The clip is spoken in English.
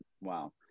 Wow